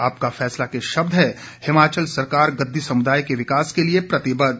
आपका फैसला के शब्द हैं हिमाचल सरकार गददी समुदाय के विकास के लिए प्रतिबद्ध